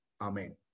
Amen